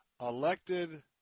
elected